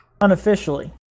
Unofficially